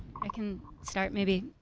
i can start maybe,